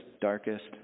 darkest